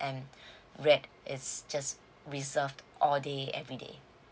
and red is just reserved all day everyday